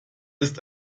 ist